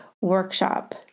workshop